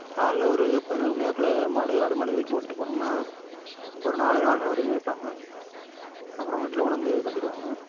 காலில் ஒரு பதினோரு மணி வாக்கில் மாடு ஆடு மாடு மேய்க்க ஓட்டிகிட்டு போனோம்னா ஒரு நாலு நால்ரை வரையும் மேய்ப்பாங்க அப்புறம் வீட்டில் கொண்டாந்து கட்டிவிடுவாங்க